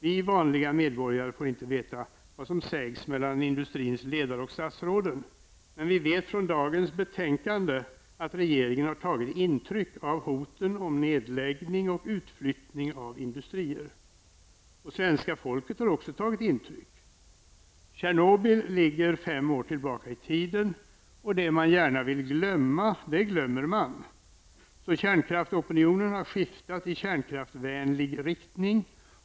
Vi vanliga medborgare får inte veta vad som sägs mellan industrins ledare och statsråden. Men vi vet från dagens betänkande att regeringen har tagit intryck av hoten om nedläggning och utflyttning av industrier. Svenska folket har också tagit intryck. Tjernobyl ligger fem år tillbaka i tiden, och det man gärna vill glömma, det glömmer man, så kärnkraftsopinionen har skiftat i kärnkraftsvänlig riktning.